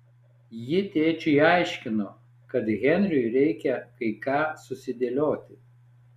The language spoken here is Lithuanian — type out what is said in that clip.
ji tėčiui aiškino kad henriui reikia kai ką susidėlioti